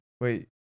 Wait